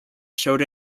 showed